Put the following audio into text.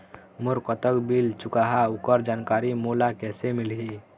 मोर कतक बिल चुकाहां ओकर जानकारी मोला कैसे मिलही?